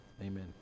Amen